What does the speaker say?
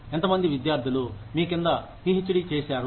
ఎంతమంది విద్యార్థులు మీ కింద పిహెచ్డి చేశారు